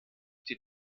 die